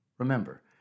Remember